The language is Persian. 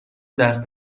دست